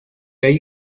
ahí